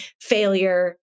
failure